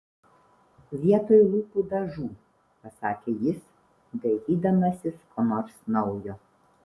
vietoj lūpų dažų pasakė jis dairydamasis ko nors naujo